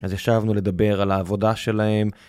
אז ישבנו לדבר על העבודה שלהם.